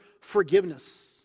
forgiveness